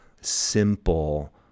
simple